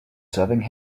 serving